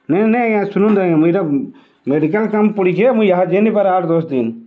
ନାଇଁ ନାଇଁ ଆଜ୍ଞା ଶୁଣନ୍ ତ ଆଜ୍ଞା ମୁଇଁ ଇଟା ମେଡ଼ିକାଲ୍ କାମ୍ ପଡ଼ିଚେ ମୁଇଁ ଇହାଦେ ଯେଇନି ପରେ ଆଠ୍ ଦଶ୍ ଦିନ୍